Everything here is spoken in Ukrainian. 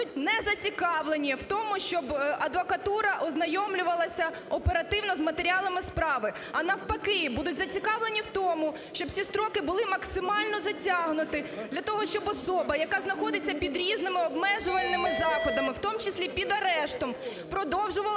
будуть не зацікавлені в тому, щоб адвокатура ознайомлювалася оперативно з матеріалами справи, а навпаки, будуть зацікавлені в тому, щоб ці строки були максимально затягнуті для того, щоб особа, яка знаходиться під різними обмежувальними заходами, в тому числі під арештом, продовжувала